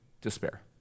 despair